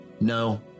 No